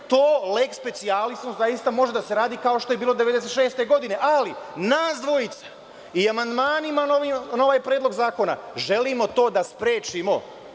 To lesk specijalisom zaista može da se radi, kao što je bilo 1996. godine, ali nas dvojica amandmanima na ovaj predlog zakona želimo to da sprečimo.